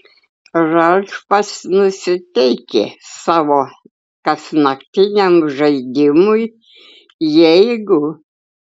ralfas nusiteikė savo kasnaktiniam žaidimui jeigu